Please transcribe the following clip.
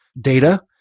data